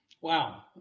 Wow